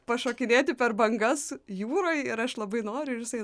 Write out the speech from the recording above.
pašokinėti per bangas jūroj ir aš labai noriu ir jisai